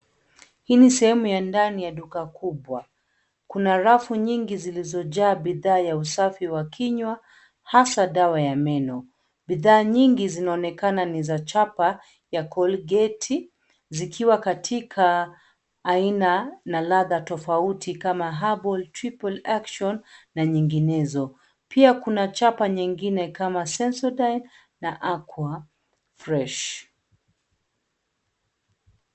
Hii ni sehemu ya ndani ya duka kubwa. Kuna rafu nyingi zilizojaa bidhaa ya usafi wa kinywa, hasa dawa ya meno. Bidhaa nyingi zinaonekana ni za chapa ya kolgeti, zikiwa katika aina, na ladha tofauti kama Herbal, Triple action, na nyinginezo. Pia kuna chapa nyingine kama, Sensodyne na Aqua fresh.